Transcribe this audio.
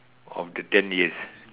of the ten years